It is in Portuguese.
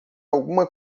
alguma